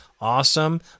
awesome